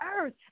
earth